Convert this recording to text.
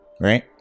right